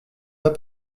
pas